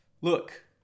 look